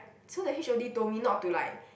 so the H_O_D told me not to like